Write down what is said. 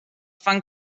fan